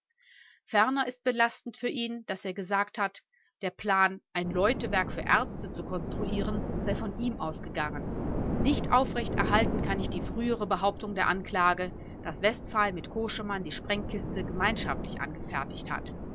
ferner ist belastend für ihn daß er gesagt hat der plan ein läutewerk für ärzte zu konstruieren sei von ihm ausgegangen nicht aufrecht erhalten kann ich die frühere behauptung der anklage daß westphal mit koschemann die sprengkiste gemeinschaftlich angefertigt hat